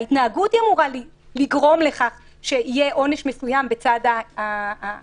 ההתנהגות אמורה לגרום לכך שיהיה עונש מסוים בצד ההפרה,